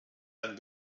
ein